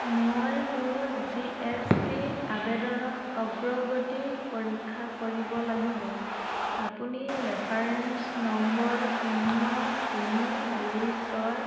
মই মোৰ G S T আবেদনৰ অগ্ৰগতি পৰীক্ষা কৰিব লাগিব আপুনি ৰেফাৰেন্স নম্বৰ শূন্য তিনি দুই ছয়